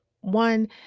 one